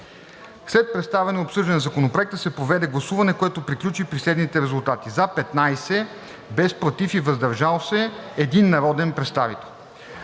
След представяне и обсъждане на Законопроекта се проведе гласуване, което приключи при следните резултати: „за“ – 15, без „против“ и „въздържал се“ – един народен представител.